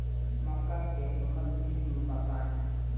मक्का के उन्नत किस्म बताई?